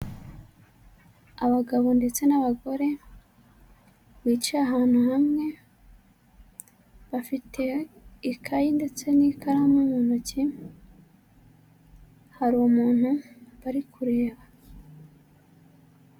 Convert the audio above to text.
Abagabo ndetse n'abagore, bicaye ahantu hamwe, bafite ikayi ndetse n'ikaramu mu ntoki, hari umuntu bari kureba.